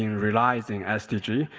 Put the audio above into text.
realizing sdg,